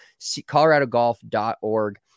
coloradogolf.org